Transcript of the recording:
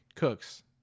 Cooks